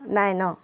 নাই ন